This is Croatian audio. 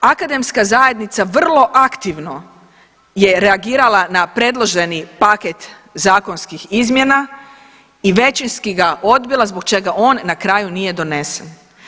Akademska zajednica vrlo aktivno je reagirala na predloženi paket zakonskih izmjena i većinski ga odbila zbog čega on na kraju nije donesen.